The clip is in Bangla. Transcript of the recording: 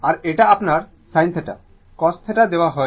আর এটা আপনার sin θ cos θ দেওয়া হয়